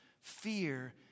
fear